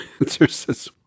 answers